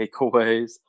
takeaways